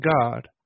God